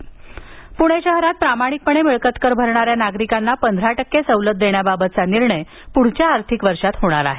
प्णे शहरात प्रामाणिकपणे मिळकतकर भरणाऱ्या नागरिकांना पंधरा टक्के सवलत देण्याबाबतचा निर्णय पुढच्या आर्थिक वर्षात होणार आहे